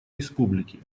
республики